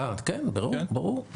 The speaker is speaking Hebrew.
אה, כן, ברור.